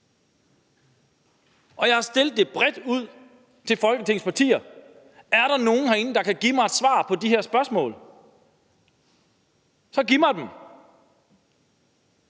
Og jeg har stillet spørgsmålene bredt ud til Folketingets partier. Er der nogen herinde, der kan give mig svar på de her spørgsmål, så giv mig dem.